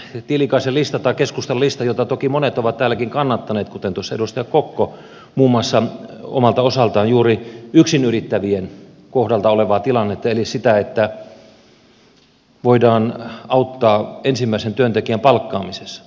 tätä tiilikaisen listaa tai keskustan listaa toki monet ovat täälläkin kannattaneet kuten tuossa edustaja kokko muun muassa omalta osaltaan juuri yksin yrittävien kohdalta olevaa tilannetta eli sitä että voidaan auttaa ensimmäisen työntekijän palkkaamisessa